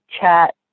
chat